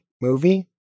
movie